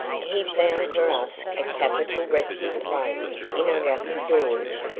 he found for us a capital resting-place in a rocky gorge,